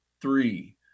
three